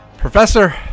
Professor